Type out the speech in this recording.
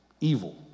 evil